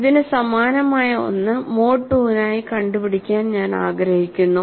ഇതിന് സമാനമായ ഒന്ന് മോഡ് II നായി കണ്ടുപിടിക്കാൻ ഞാൻ ആഗ്രഹിക്കുന്നു